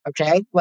Okay